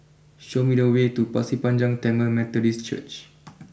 show me the way to Pasir Panjang Tamil Methodist Church